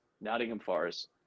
Nottingham-Forest